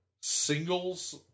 singles